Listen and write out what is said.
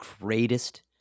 greatest